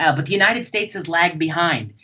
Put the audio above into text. ah but the united states has lagged behind.